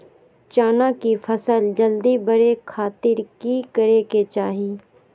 चना की फसल जल्दी बड़े खातिर की करे के चाही?